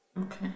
Okay